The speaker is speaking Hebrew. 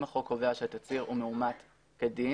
אם החוק קובע שהתצהיר הוא מאומת כדין,